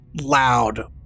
loud